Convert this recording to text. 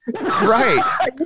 Right